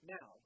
Now